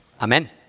Amen